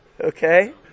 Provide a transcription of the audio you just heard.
Okay